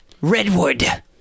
Redwood